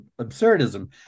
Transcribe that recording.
absurdism